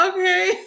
Okay